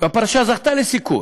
והפרשה זכתה לסיקור.